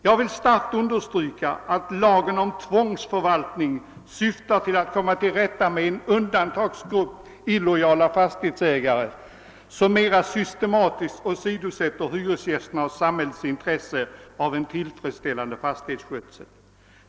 Jag vill starkt understryka att lagen om tvångsförvaltning syftar till att komma till rätta med en undantagsgrupp illojala fastighetsägare som mera systematiskt åsidosätter hyresgästernas och samhällets intresse av en tillfredsställande fastighetsskötsel.